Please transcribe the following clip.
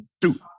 two